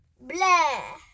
Blah